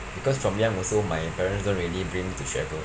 because from young also my parents don't really bring to travel